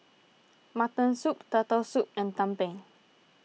Mutton Soup Turtle Soup and Tumpeng